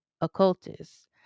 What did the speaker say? occultist